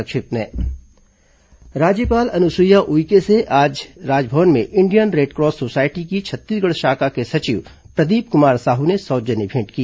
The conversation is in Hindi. संक्षिप्त समाचार राज्यपाल अनुसुईया उइके से आज राजभवन में इंडियन रेडक्रॉस सोसायटी की छत्तीसगढ़ शाखा के सचिव प्रदीप कुमार साहू ने सौजन्य भेंट की